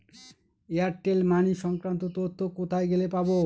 Airtel money সংক্রান্ত তথ্য কোথায় গেলে পাব?